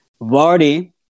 Vardy